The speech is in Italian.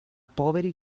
poveri